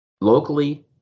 Locally